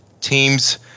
Teams